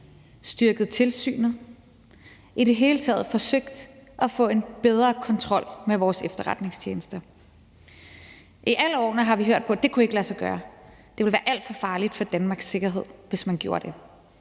styrket tilsynet og i det hele taget forsøgt at få en bedre kontrol med vores efterretningstjenester. I alle årene har vi hørt på, at det ikke kunne lade sig gøre, og at det ville være alt for farligt for Danmarks sikkerhed, hvis man gjorde det